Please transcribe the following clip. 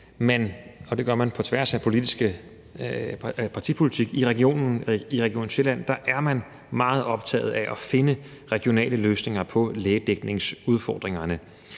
man, og det gør man på tværs af partipolitik, i Region Sjælland er meget optaget af at finde regionale løsninger på lægedækningsudfordringerne,